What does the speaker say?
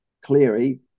Cleary